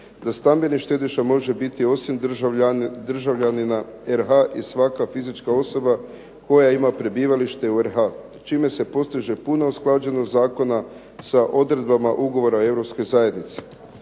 da stambeni štediša može biti osim državljanina RH i svaka fizička osoba koja ima prebivalište u RH, čime se postiže puna usklađenost zakona sa odredbama ugovora Europske zajednice.